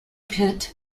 pitt